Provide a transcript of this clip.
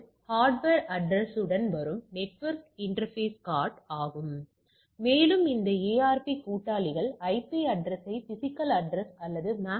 DF ஆனது 2ஐ விட அல்லது ஆக இருக்கும்போது Y க்கான அதிகபட்ச மதிப்பு நிகழ்கிறது எப்போதெனில் உங்களுக்குப் புரிகிறதா